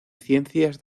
ciencias